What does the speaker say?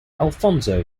alfonso